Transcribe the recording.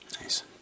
Nice